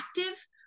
active